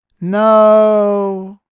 no